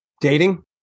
Dating